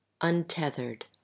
untethered